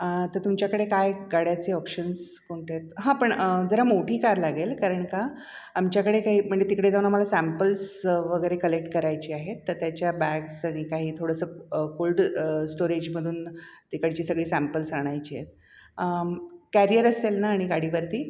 तं तुमच्याकडे काय गाड्याचे ऑप्शन्स कोणते हां पण जरा मोठी कार लागेल कारण का आमच्याकडे काही म्हणजे तिकडे जाऊन आम्हाला सॅम्पल्स वगैरे कलेक्ट करायचे आहेत तर त्याच्या बॅग्स आणि काही थोडंसं कोल्ड स्टोरेजमधून तिकडची सगळी सॅम्पल्स आणायची कॅरियर असेल ना आणि गाडीवरती